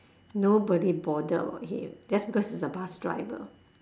nobody bothered about him just because he's a bus driver